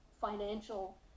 financial